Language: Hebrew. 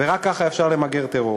רק ככה אפשר למגר טרור.